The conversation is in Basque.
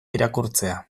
irakurtzea